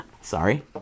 sorry